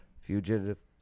fugitive